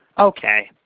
okay.